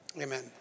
amen